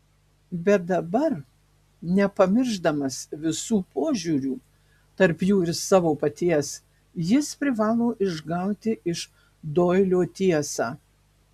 bet dabar nepamiršdamas visų požiūrių tarp jų ir savo paties jis privalo išgauti iš doilio tiesą